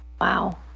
Wow